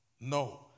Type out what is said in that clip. No